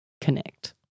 connect